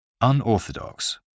Unorthodox